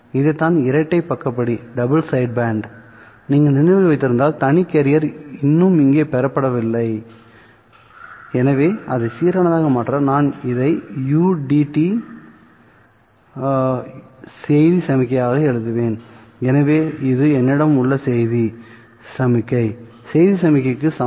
இதைத்தான் இரட்டை பக்கப்பட்டி நீங்கள் நினைவில் வைத்திருந்தால் தனி கேரியர் இன்னும் இங்கே பெறப்பட இல்லைஎனவே அதை சீரானதாக மாற்ற நான் இதை ud ud செய்தி சமிக்ஞையாக எழுதுவேன் எனவே இது என்னிடம் உள்ள செய்தி சமிக்ஞைசெய்தி சமிக்ஞைக்கு சமம்